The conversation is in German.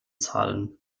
zahlen